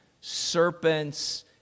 serpents